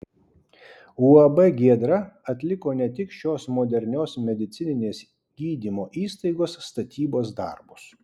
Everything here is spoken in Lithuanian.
uab giedra atliko ne tik šios modernios medicininės gydymo įstaigos statybos darbus